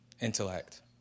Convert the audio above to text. intellect